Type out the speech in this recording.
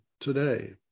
today